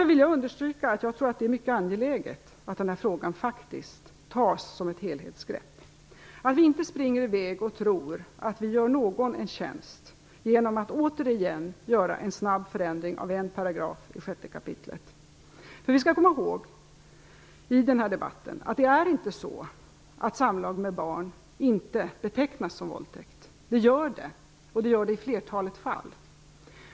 Jag vill därför understyrka att det är mycket angeläget att vi tar ett helhetsgrepp i frågan. Vi skall inte springa i väg och tro att vi gör någon en tjänst genom att återigen göra en snabb förändring av en paragraf i 6 kap. Vi skall i den här debatten komma ihåg att det inte är så att samlag med barn inte betecknas som våldtäkt. Det gör det, och det gör det i flertalet fall.